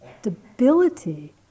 stability